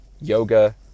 yoga